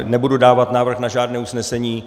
Nebudu dávat návrh na žádné usnesení.